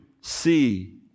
see